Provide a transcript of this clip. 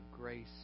grace